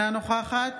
אינה נוכחת